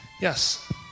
Yes